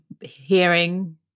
hearing